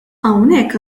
hawnhekk